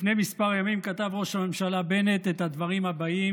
לפני כמה ימים כתב ראש הממשלה בנט את הדברים הבאים,